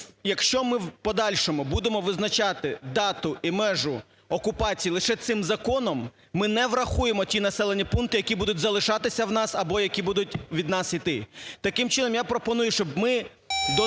якщо ми в подальшому будемо визначати дату і межу окупації лише цим законом, ми не врахуємо ті населені пункти, які будуть залишатися у нас, або які будуть від нас йти. Таким чином, я пропоную, щоб ми дозволили